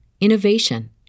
innovation